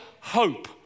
hope